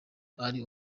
ari